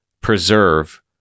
preserve